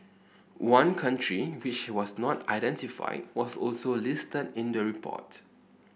one country which was not identified was also listed in the report